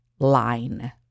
line